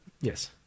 Yes